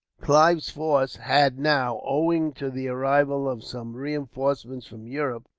clive's force had now, owing to the arrival of some reinforcements from europe,